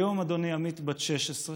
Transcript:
היום, אדוני, עמית בת 16,